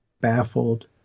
baffled